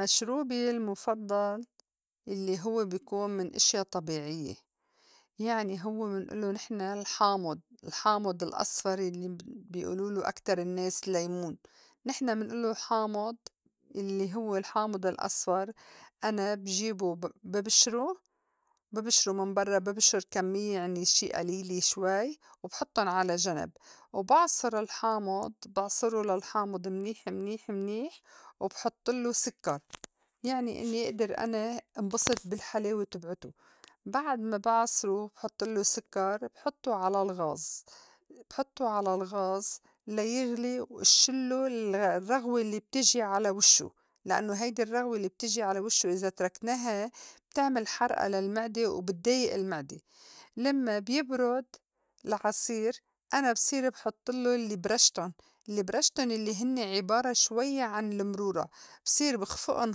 مشروبي المُفضّل الّي هوّ بي كون من إشيا طبيعيّة. يعني هوّ منئلّو نحن الحامُض الحامُض الأصفر يلّي ب- بي أولوله أكتر النّاس اللّيمون نحن منئلّو حامُض الّي هوّ الحامُض الأصفر. أنا بجيبو ب- ببشره ببشره من برّا ببشُر كميّة يعني شي قليل شوي وبحطُّن على جنب، وبعصُر الحامض بعصرو للحامُض منيح منيح منيح، وبحطلّو سكّر يعني إنّي إئدر أنا أنبسط بالحلاوة تبعته. بعد ما بعصره بحطلّو سكّر، بحطّو على الغاز بحطّو على الغاز ليغلي واشلّوا ال- الرّغوة الّي بتجي على وشّو لإنّو هيدي الرّغوة الّي بتيجي على وشّو إذا تركناها بتعمل حرقة للمعدة وبدايئ المعدة. لمّا بيبرُد العصير أنا بصير بحطلّو الّي برشتُن الّي برشتُن يلّي هنّي عِبارة شويّة عن المرورة. بصير بِخفئُن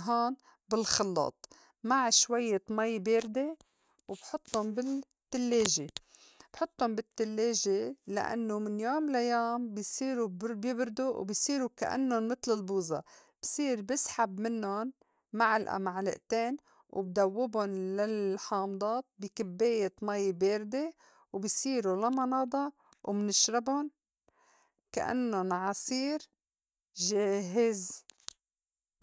هون بالخلّاط مع شويّة مي باردة وبحطُّن بالتلّاجة بحطُّن بالتلّاجة لإنّو من يوم ليوم بصيرو بيبر- بيبرده وبصيرو كإنُن متل البوظة. بصير بسحب منُّن معلقة معلقتين وبدوّبُن للحامضات بي كبّاية مي باردة وبصيرو لاموناضا ومنشربُن كإنّن عصير جاهز.